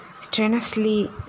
strenuously